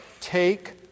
take